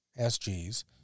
SGs